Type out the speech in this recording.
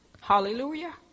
Hallelujah